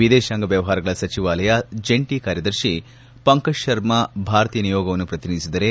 ವಿದೇಶಾಂಗ ವ್ಚವಹಾರಗಳ ಸಚಿವಾಲಯದ ಜಂಟಿ ಕಾರ್ಯದರ್ಶಿ ಪಂಕಜ್ ಶರ್ಮ ಭಾರತದ ನಿಯೋಗವನ್ನು ಪ್ರತಿನಿಧಿಸಿದರೆ